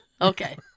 Okay